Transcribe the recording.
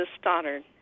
Stoddard